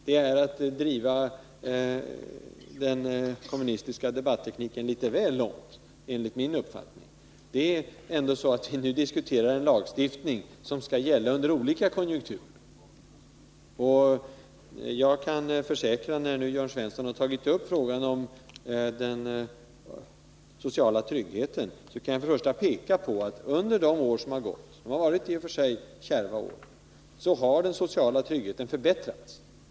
Det är att driva den kommunistiska debattekniken litet väl långt, enligt min uppfattning. Vi diskuterar nu en lagstiftning som skall gälla under olika konjunkturer. När nu Jörn Svensson har tagit upp frågan om den sociala tryggheten kan jag visa på att den under de år som har gått under icke-socialistiska regeringar — det har varit kärva år i och för sig — har förbättrats.